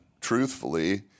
truthfully